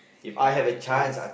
you have a chance